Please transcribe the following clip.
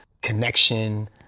connection